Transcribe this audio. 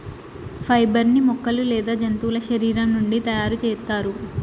fibre ని మొక్కలు లేదా జంతువుల శరీరం నుండి తయారు చేస్తారు